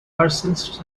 persons